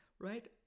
right